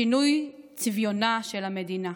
שינוי צביונה של המדינה.